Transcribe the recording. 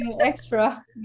extra